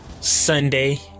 Sunday